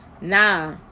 nah